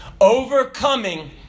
Overcoming